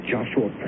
Joshua